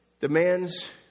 demands